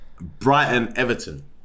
Brighton-Everton